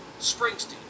Springsteen